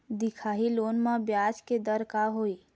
दिखाही लोन म ब्याज के दर का होही?